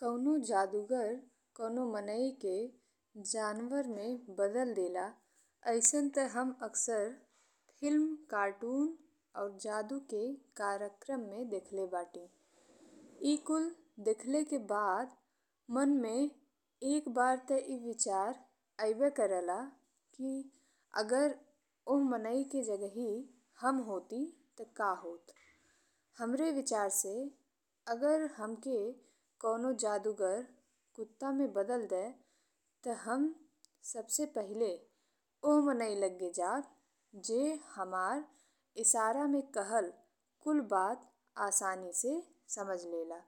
कौनो जादूगर कौनो माने के जनावर में बदल देला अइसन ते हम अक्सर फिलिम, कार्टून और जादू के कार्यक्रम में देखले बाटी। ई कुल देखले के बाद मन में एक बार ते ई विचार आइबे करेला कि अगर ओह माने के जगहि हम होती ते का होत। हमरे विचार से अगर हमके कौनो जादूगर कुत्ता में बदल दे त हम सबसे पहिले ओह माने लगे जब जे हमार इसारा में कहल कुल बात आसानी से समझ लेला।